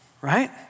right